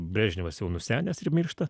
brežnevas jau nusenęs ir miršta